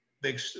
big